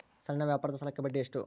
ಸಣ್ಣ ವ್ಯಾಪಾರದ ಸಾಲಕ್ಕೆ ಬಡ್ಡಿ ಎಷ್ಟು?